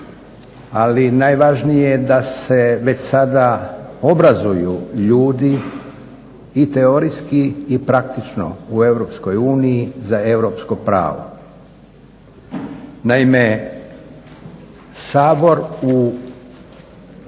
ali najvažnije je da se već sada obrazuju ljudi i teorijski i praktično u EU za europsko pravo. Naime, Sabor u